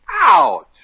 Ouch